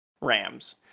rams